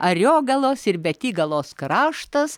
ariogalos ir betygalos kraštas